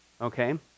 Okay